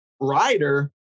rider